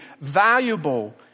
valuable